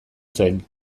zen